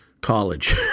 college